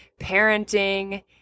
parenting